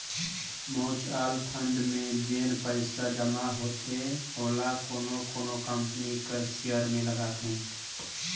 mutual fund में जेन पइसा जमा होथे ओला कोनो कोनो कंपनी कर सेयर में लगाथे